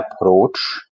approach